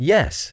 Yes